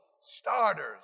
starters